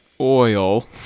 oil